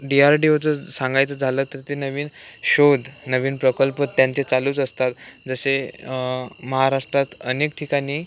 D आर डी ओचं सांगायचं झालं तर ते नवीन शोध नवीन प्रकल्प त्यांचे चालूच असतात जसे महाराष्ट्रात अनेक ठिकाणी